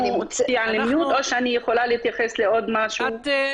אנחנו עושים